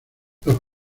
los